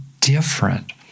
different